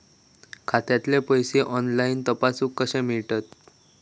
खात्यातले पैसे ऑनलाइन तपासुक कशे मेलतत?